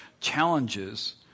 challenges